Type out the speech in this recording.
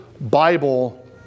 Bible